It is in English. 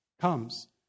comes